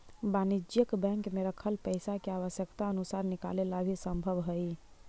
वाणिज्यिक बैंक में रखल पइसा के आवश्यकता अनुसार निकाले ला भी संभव हइ